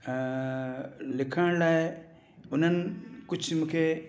लिखण लाइ उन्हनि कुझु मूंखे